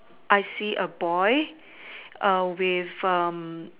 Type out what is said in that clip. I see a boy with